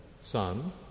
Son